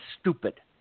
stupid